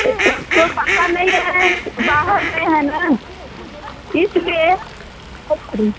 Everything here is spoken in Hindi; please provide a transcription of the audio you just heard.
यह उसको पापा नहीं है बाहर गए हैं ना इसलिए